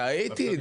טעיתי, טעיתי.